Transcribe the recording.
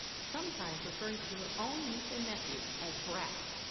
sometimes referring to her own niece and nephew as brats.